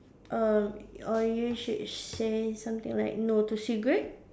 err or you should say something like no to cigarette